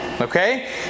Okay